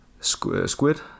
squid